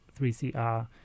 3CR